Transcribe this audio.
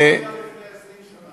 לפני 20 שנה?